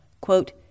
quote